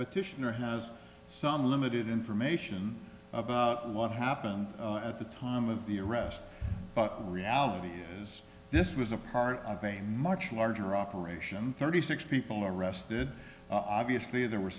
petitioner has some limited information what happened at the time of the arrest but the reality is this was a part of a much larger operation thirty six people arrested obviously there were